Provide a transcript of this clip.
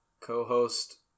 co-host